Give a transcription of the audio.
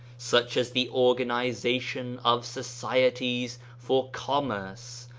such as the organization of societies for commerce,